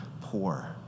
poor